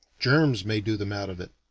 germs may do them out of it.